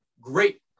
great